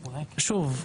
שוב,